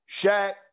Shaq